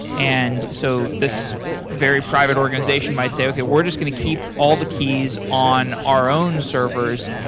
and so this very private organization might say, okay. we're just getting keep all the keys on our own servers,